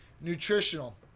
nutritional